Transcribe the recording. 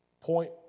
point